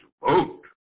vote